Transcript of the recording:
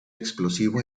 explosivo